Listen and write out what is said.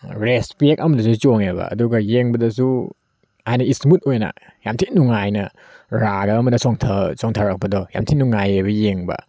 respect ꯑꯃꯗꯁꯨ ꯆꯣꯡꯑꯦꯕ ꯑꯗꯨꯒ ꯌꯦꯡꯕꯗꯁꯨ ꯍꯥꯏꯗꯤ ꯏꯁꯃꯨꯠ ꯑꯣꯏꯅ ꯌꯥꯝ ꯊꯤꯅ ꯅꯨꯡꯉꯥꯏꯅ ꯔꯥꯒ ꯑꯃꯗ ꯆꯣꯡꯊꯔꯛꯄꯗꯣ ꯌꯥꯝ ꯊꯤ ꯅꯨꯡꯉꯥꯏꯌꯦꯕ ꯌꯦꯡꯕ